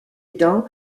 hesdin